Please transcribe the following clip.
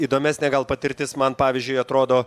įdomesnė gal patirtis man pavyzdžiui atrodo